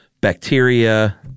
bacteria